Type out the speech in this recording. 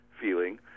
feeling